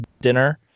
dinner